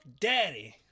Daddy